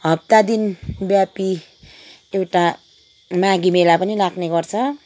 हप्ता दिनव्यापी एउटा माघे मेला पनि लाग्ने गर्छ